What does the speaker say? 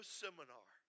seminar